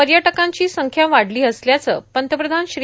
पर्यटकांची संख्या वाढली असल्याचं पंतप्रधान श्री